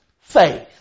faith